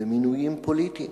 במינויים פוליטיים,